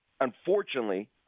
unfortunately